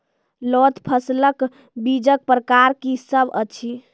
लोत फसलक बीजक प्रकार की सब अछि?